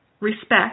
respect